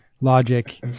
logic